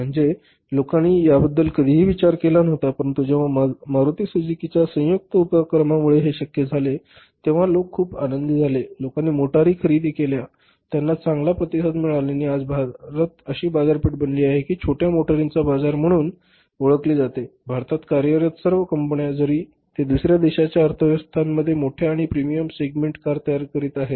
म्हणजे लोकांनी याबद्दल कधीही विचार केला नव्हता परंतु जेव्हा मारुती सुझुकीच्या संयुक्त उपक्रमामुळे हे शक्य झाले तेव्हा लोक खूप आनंदी झाले लोकांनी मोटारी खरेदी केल्या त्यांना चांगला प्रतिसाद मिळाला आणि आज भारत अशी बाजारपेठ बनली आहे जी छोट्या मोटारींचा बाजार म्हणून ओळखली जाते भारतात कार्यरत सर्व कंपन्या जरी ते दुसर्या देशाच्या अर्थव्यवस्थांमध्ये मोठ्या आणि प्रीमियम सेगमेंट कार तयार करीत आहेत